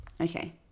Okay